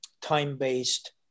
time-based